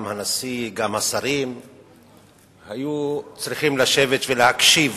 גם הנשיא וגם השרים היו צריכים לשבת ולהקשיב